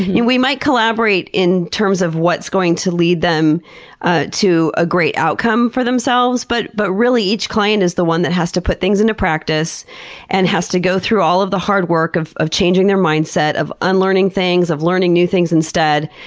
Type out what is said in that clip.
and we might collaborate in terms of what's going to lead them ah to a great outcome for themselves. but but really, each client is the one that has to put things into practice and has to go through all of the hard work of of changing their mindset, of unlearning things and learning new things instead,